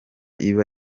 iba